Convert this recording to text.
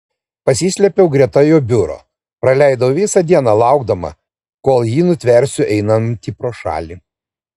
pasislėpiau greta jo biuro praleidau visą dieną laukdama kol jį nutversiu einantį pro šalį